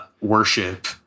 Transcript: worship